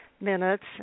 minutes